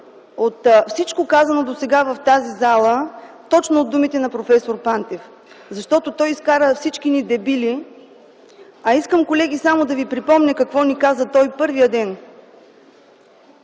от всичко, казано досега в тази зала, точно от думите на проф. Пантев. Защото той изкара всички ни дебили. А искам, колеги, само да ви припомня какво ни каза той първия ден.